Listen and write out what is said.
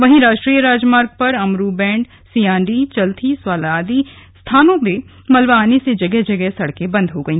वहीं राष्ट्रीय राजमार्ग पर अमरू बैण्ड सिंयाडी चल्थी स्वाला आदि स्थानों में मलबा आने से जगह जगह सड़कें बंद हो गई